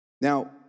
Now